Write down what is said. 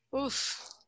oof